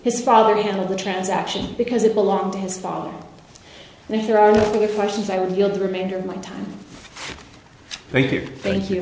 his father handled the transaction because it belonged to his father and if there are good questions i would yield the remainder of my time thank you